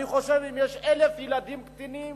אני חושב שאם יש 1,000 ילדים קטינים